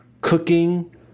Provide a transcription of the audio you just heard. cooking